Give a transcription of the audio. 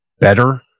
better